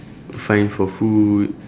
find for food